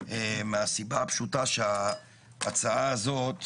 מהסיבה הפשוטה שההצעה הזאת